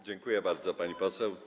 Dziękuję bardzo, pani poseł.